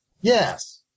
Yes